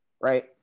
right